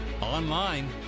online